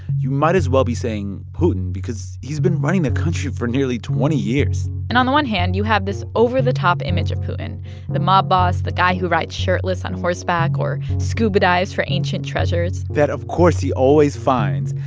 you might as well be saying putin because he's been running the country for nearly twenty years and on the one hand, you have this over-the-top image of putin the mob boss, the guy who rides shirtless on horseback or scuba dives for ancient treasures that, of course, he always finds.